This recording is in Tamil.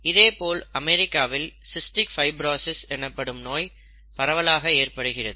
இதேபோல் அமெரிக்காவில் சிஸ்டிக் ஃபைபிரசிஸ் எனப்படும் நோய் பரவலாக ஏற்படுகிறது